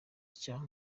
icyaha